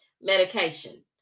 medication